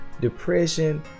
depression